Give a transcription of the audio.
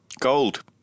Gold